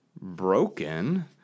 broken